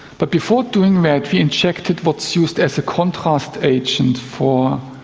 but before doing that we injected what's used as a contrast agent for,